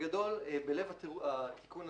אין מספר תקנות?